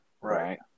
right